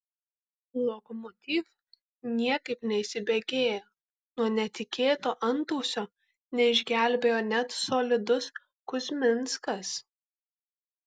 lokomotiv niekaip neįsibėgėja nuo netikėto antausio neišgelbėjo net solidus kuzminskas